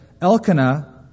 Elkanah